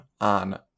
on